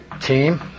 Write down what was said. team